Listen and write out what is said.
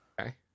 Okay